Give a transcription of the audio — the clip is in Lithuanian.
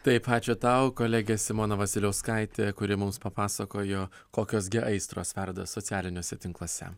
taip ačiū tau kolegė simona vasiliauskaitė kuri mums papasakojo kokios gi aistros verda socialiniuose tinkluose